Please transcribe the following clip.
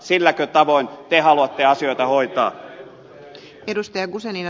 silläkö tavoin te haluatte asioita hoitaa